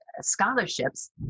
scholarships